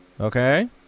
Okay